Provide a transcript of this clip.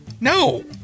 No